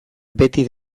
beti